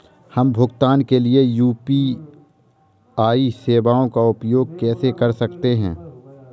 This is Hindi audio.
हम भुगतान के लिए यू.पी.आई सेवाओं का उपयोग कैसे कर सकते हैं?